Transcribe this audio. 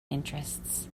interests